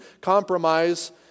compromise